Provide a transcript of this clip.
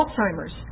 Alzheimer's